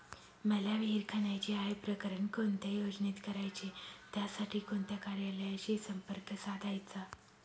मला विहिर खणायची आहे, प्रकरण कोणत्या योजनेत करायचे त्यासाठी कोणत्या कार्यालयाशी संपर्क साधायचा?